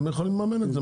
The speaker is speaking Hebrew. הם יכולים לממן את זה.